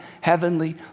heavenly